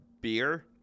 beer